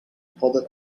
pulled